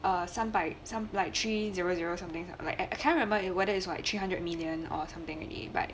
err 三百三 like three zero zero or something like I I cant remember it whether its like three hundred million or something like already but